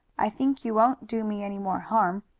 i think you won't do me any more harm.